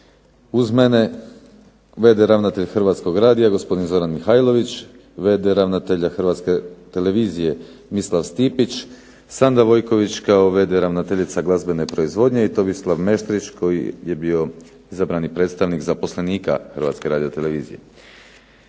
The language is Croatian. uz mene v.d. ravnatelj Hrvatskog radija gospodin Zoran Mihajlović, v.d. ravnatelja Hrvatske televizije Mislav Stipić, Sanda Vojković kao v.d. ravnateljica Glazbene proizvodnje i Tomislav Meštrić koji je bio izabrani predstavnik zaposlenika HRT-a. Ciljevi